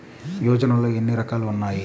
యోజనలో ఏన్ని రకాలు ఉన్నాయి?